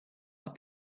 are